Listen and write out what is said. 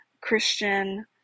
Christian